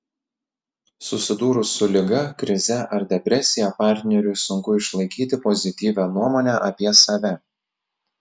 susidūrus su liga krize ar depresija partneriui sunku išlaikyti pozityvią nuomonę apie save